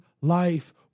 life